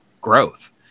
growth